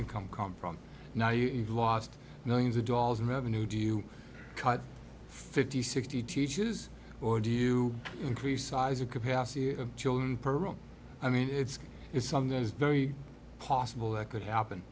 income come from now you've lost millions of dollars in revenue do you cut fifty sixty teachers or do you increase size of capacity of children per room i mean it's it's something that is very possible that could happen